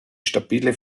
stabile